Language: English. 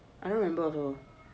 I don't remember also